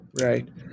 Right